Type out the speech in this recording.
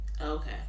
okay